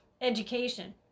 education